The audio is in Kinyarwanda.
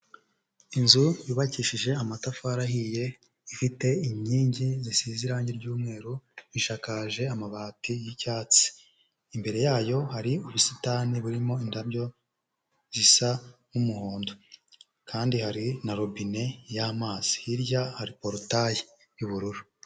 Inzu yubakishije amatafari ahiye, ifite inkingi zisize irange ry'umweru, ishakaje amabati y'icyatsi. Imbere yayo hari ubusitani burimo indabyo zisa nk'umuhondo, kandi hari na robine y'amazi, hirya hari porotayi y'ubururu.